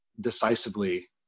decisively